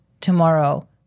tomorrow